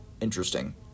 interesting